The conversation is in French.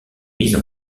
mise